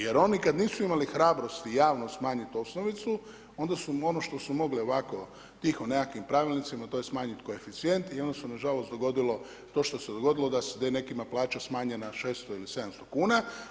Jer oni kada nisu imali hrabrosti javno smanjiti osnovicu, onda su ono što su mogli, ovako tiho nekakvim pravilnicima, tj. smanjiti koeficijente, onda s nažalost dogodilo to što se dogodilo, da je nekima plaća smanjena 600 ili 700 kn.